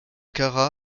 kara